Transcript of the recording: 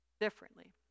Differently